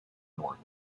north